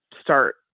start